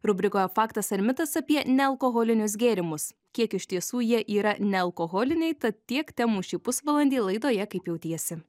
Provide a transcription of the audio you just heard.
rubrikoje faktas ar mitas apie nealkoholinius gėrimus kiek iš tiesų jie yra nealkoholiniai tad tiek temų šį pusvalandį laidoje kaip jautiesi